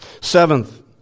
Seventh